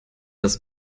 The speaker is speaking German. das